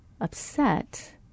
upset